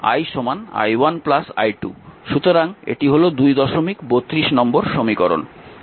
সুতরাং এটি হল 232 নম্বর সমীকরণ